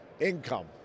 Income